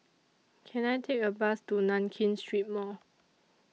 Can I Take A Bus to Nankin Street Mall